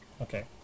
okay